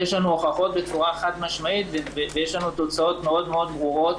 ויש לנו הוכחות בצורה חד משמעית ויש לנו תוצאות מאוד מאוד ברורות.